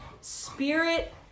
Spirit